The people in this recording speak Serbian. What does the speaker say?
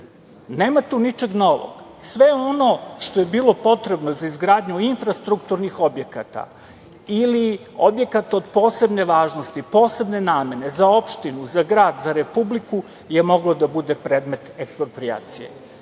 tu ničeg novog, sve ono što je bilo potrebno za izgradnju infrastrukturnih objekata ili objekata od posebne važnosti, posebne namene, za opštinu, za grad, za Republiku, je moglo da bude predmet eksproprijacije.